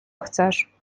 chcesz